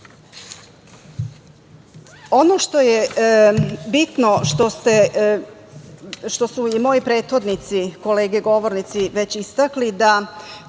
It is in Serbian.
što je bitno što su moji prethodnici kolege govornici već istakli da